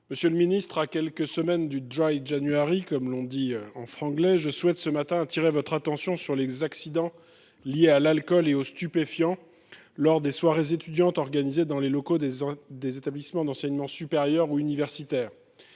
Monsieur le ministre, à quelques semaines du, comme on l’appelle en bon français, je souhaite attirer votre attention sur les accidents liés à l’alcool et aux stupéfiants lors des soirées étudiantes organisées dans les locaux des établissements d’enseignement supérieur ou universitaire.